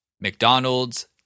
McDonald's